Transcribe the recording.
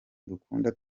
dukunda